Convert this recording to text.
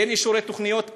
אין אישורי תוכניות,